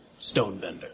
Stonebender